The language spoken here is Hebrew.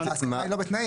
אז ההסכמה היא לא בתנאים.